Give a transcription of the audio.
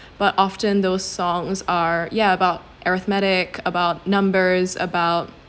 but often those songs are yeah about arithmetic about numbers about